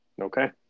Okay